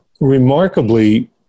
remarkably